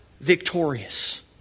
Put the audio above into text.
victorious